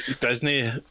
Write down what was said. Disney